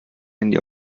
handy